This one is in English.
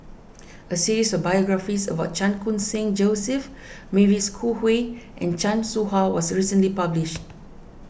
a series of biographies about Chan Khun Sing Joseph Mavis Khoo Oei and Chan Soh Ha was recently published